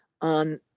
on